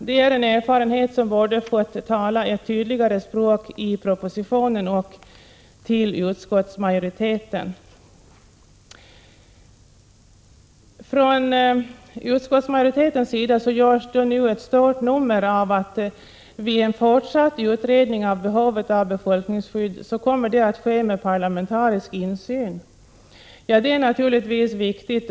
Det är en erfarenhet som borde ha fått tala sitt tydliga språk i propositionen och i utskottsbetänkandet. Från utskottsmajoritetens sida gör man ett stort nummer av att en fortsatt utredning av behovet av befolkningsskydd kommer att ske med parlamentarisk insyn. Det är naturligtvis viktigt.